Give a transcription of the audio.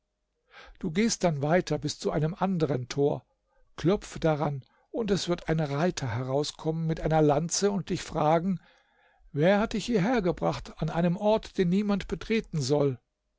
du gehst dann weiter bis zu einem anderen tor klopfe daran es wird ein reiter herauskommen mit einer lanze und dich fragen wer hat dich hierhergebracht an einem ort den niemand betreten soll